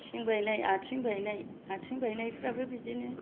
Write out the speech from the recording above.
सिं बायनाय आथिं बायनाय आथिं बायनायफ्राबो बिदिनो